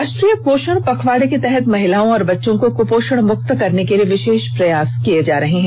राष्ट्रीय पोषण पखवाड़े के तहत महिलाओं और बच्चों को कुपोषण मुक्त करने के लिए विशेष प्रयास किये जा रहे है